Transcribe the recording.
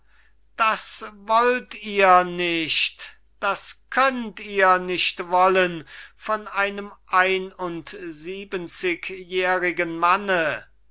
das woll't ihr nicht das könn't ihr nicht wollen von einem ein und siebenzigjährigen manne